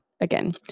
again